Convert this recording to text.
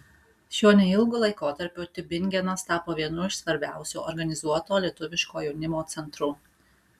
šiuo neilgu laikotarpiu tiubingenas tapo vienu iš svarbiausių organizuoto lietuviško jaunimo centrų